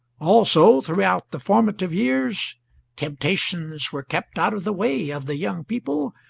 also, throughout the formative years temptations were kept out of the way of the young people,